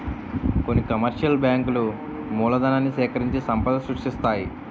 కొన్ని కమర్షియల్ బ్యాంకులు మూలధనాన్ని సేకరించి సంపద సృష్టిస్తాయి